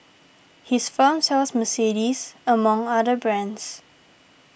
his firm sells Mercedes among other brands